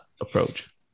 Approach